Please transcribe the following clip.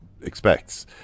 expects